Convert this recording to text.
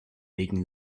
making